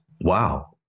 wow